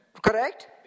Correct